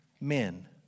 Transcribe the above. men